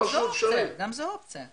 גם זו אופציה.